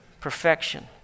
perfection